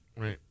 right